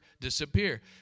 disappear